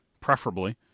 Preferably